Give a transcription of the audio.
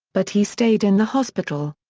but he stayed in the hospital.